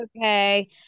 Okay